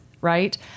right